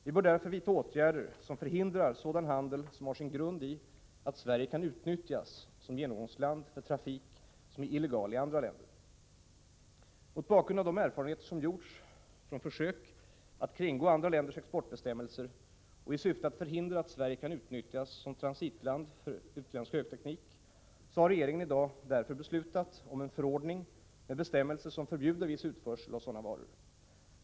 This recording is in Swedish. Vi bör därför vidta åtgärder för att förhindra sådan handel som har sin grund i att Sverige kan utnyttjas som genomgångsland för trafik som är illegal i andra länder. Mot bakgrund av de erfarenheter som gjorts från försök att kringgå andra länders exportbestämmelser och i syfte att förhindra att Sverige kan utnyttjas som transitland för utländsk högteknik har regeringen i dag beslutat om en förordning med bestämmelser som förbjuder viss utförsel av sådana varor.